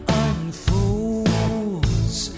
unfolds